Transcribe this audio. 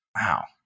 Wow